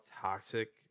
toxic